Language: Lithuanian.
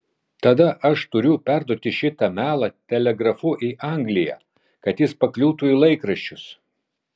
tada aš turiu perduoti šitą melą telegrafu į angliją kad jis pakliūtų į laikraščius